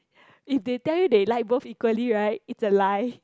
if they tell you they like both equally right it's a lie